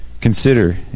Consider